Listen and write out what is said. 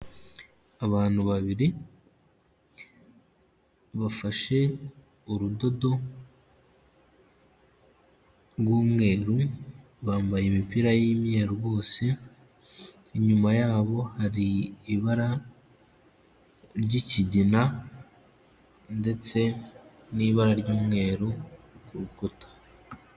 Abantu babiri bafashe urudodo rw'umweru, bambaye imipira y'imyeru bose, inyuma yabo hari ibara ry'ikigina ndetse n'ibara ry'umweru ku rukuta.